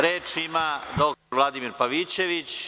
Reč ima dr Vladimir Pavićević.